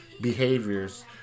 behaviors